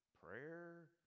prayer